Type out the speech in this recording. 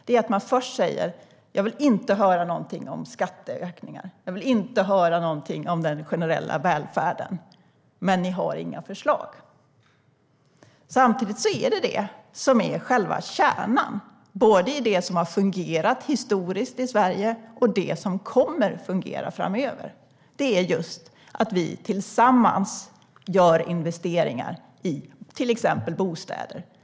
Det är att ni först säger att ni inte vill höra någonting om skatteökningar och inte höra någonting om den generella välfärden, men ni har inga förslag. Samtidigt är det som är själva kärnan i både det som har fungerat historiskt i Sverige och det som kommer att fungera framöver just att vi tillsammans gör investeringar i till exempel bostäder.